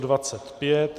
25.